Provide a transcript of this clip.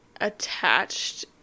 attached